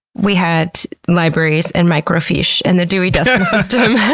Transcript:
we had libraries, and microfiche, and the dewey decimal system.